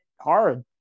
hard